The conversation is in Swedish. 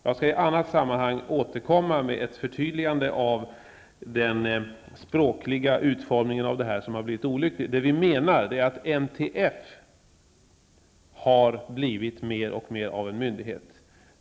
Jag skall i annat sammanhang återkomma med ett förtydligande av den språkliga utformningen av detta, som har blivit olycklig. Det vi menar är att NTF har blivit mer och mer av en myndighet.